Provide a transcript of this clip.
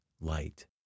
light